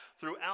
throughout